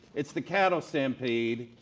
it's the cattle stampede,